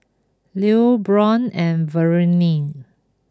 Lew Brion and Verlene